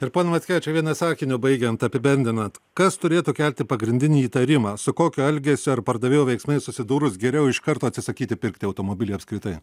ir pone mackevičiau vienu sakiniu baigiant apibendrinant kas turėtų kelti pagrindinį įtarimą su kokiu elgesiu ar pardavėjo veiksmais susidūrus geriau iš karto atsisakyti pirkti automobilį apskritai